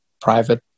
private